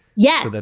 yeah. but